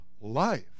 life